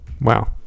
wow